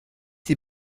die